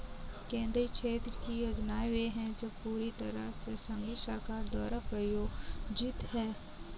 केंद्रीय क्षेत्र की योजनाएं वे है जो पूरी तरह से संघीय सरकार द्वारा प्रायोजित है